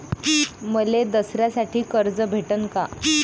मले दसऱ्यासाठी कर्ज भेटन का?